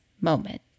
moment